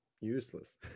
Useless